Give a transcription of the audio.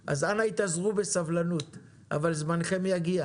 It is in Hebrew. אבל מה קרה?